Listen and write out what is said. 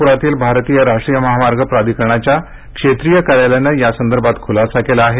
नागपुरातील भारतीय राष्ट्रीय महामार्ग प्राधिकरणाच्या क्षेत्रीय कार्यालयानं यांसदर्भात खुलासा केला आहे